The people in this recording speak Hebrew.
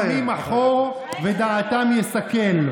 משיב חכמים אחור ודעתם יסכל.